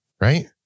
right